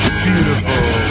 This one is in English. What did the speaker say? beautiful